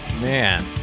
man